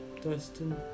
Dustin